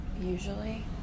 usually